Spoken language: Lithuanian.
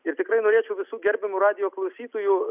ir tikrai norėčiau visų gerbiamų radijo klausytojų